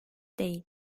değil